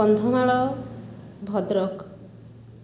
Kandhamal Bhadrak